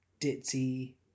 ditzy